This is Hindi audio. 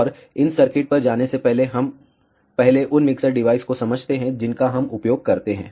और इन सर्किट पर जाने से पहले हम पहले उन मिक्सर डिवाइस को समझते हैं जिनका हम उपयोग करते हैं